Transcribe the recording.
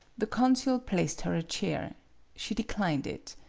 the consul placed her a chair she de clined it.